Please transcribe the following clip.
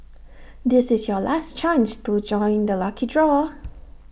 this is your last chance to join the lucky draw